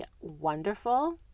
wonderful